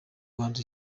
rwanda